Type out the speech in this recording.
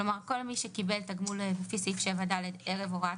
כלומר כל מי שקיבל תגמול לפי סעיף 7ד ערב הוראת